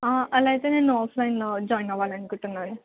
అలా అయితే నేను ఆఫ్లైన్లో జాయిన్ అవ్వాలనుకుంటున్నాను